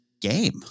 game